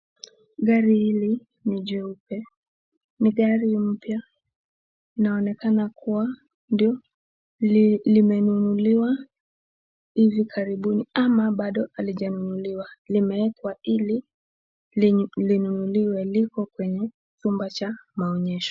Gari hili, ni jeupe. Ni gari mpya, linaonekana kuwa ndio limenunuliwa hivi karibuni ama bado halijanunuliwa limewekwa ili linunuliwa. Liko kwenye chumba cha maonyesho.